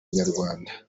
nyarwanda